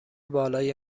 بالای